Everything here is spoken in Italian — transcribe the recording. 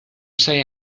sei